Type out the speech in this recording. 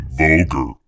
vulgar